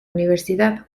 universidad